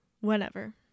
whenever